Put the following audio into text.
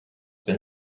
been